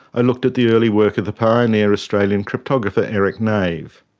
i looked at the early work of the pioneer australian cryptographer, eric nave.